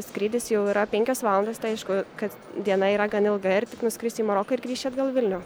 skrydis jau yra penkios valandos tai aišku kad diena yra gan ilga ir tik nuskrisi į maroką ir grįši atgal į vilnių